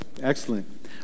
excellent